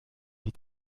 wie